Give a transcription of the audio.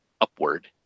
upward